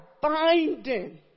binding